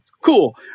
cool